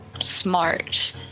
Smart